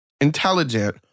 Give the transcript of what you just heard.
intelligent